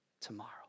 tomorrow